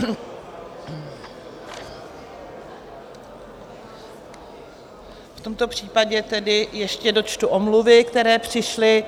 V tomto případě ještě dočtu omluvy, které přišly.